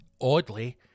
oddly